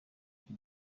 iki